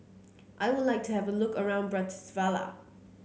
I would like to have a look around Bratislava